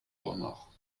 remords